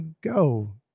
go